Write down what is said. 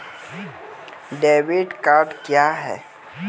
Debit card क्या हैं?